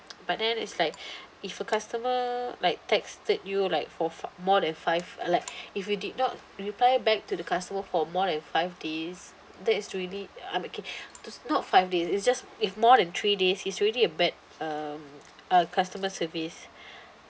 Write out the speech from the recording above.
but then it's like if a customer like texted you like for for more than five uh like if you did not reply back to the customer for more than five days that is really I mean okay not five days it's just if more than three days is already a bad um uh customer service